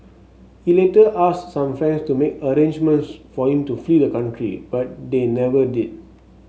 he later asked some friends to make arrangements for him to flee the country but they never did